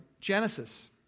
Genesis